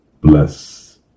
Bless